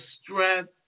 strength